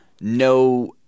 no